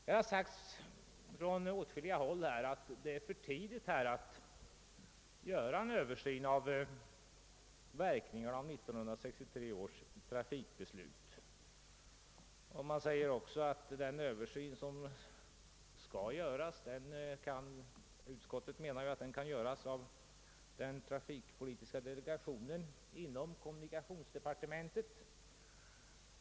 Det har anförts från åtskilliga håll att det nu skulle vara för tidigt att göra en Översyn av verkningarna av 1963 års trafikpolitiska beslut. Utskottet menar också att en sådan översyn kan göras av den trafikpolitiska delegationen inom kommunikationsdepartementet.